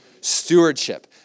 Stewardship